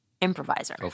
improviser